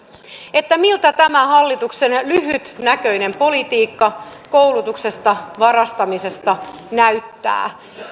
miltä tämä hallituksen lyhytnäköinen politiikka koulutuksesta varastamisesta näyttää